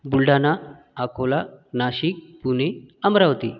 Buldhana Akola Nashik Pune Amravati